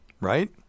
Right